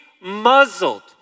muzzled